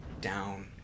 down